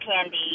Candy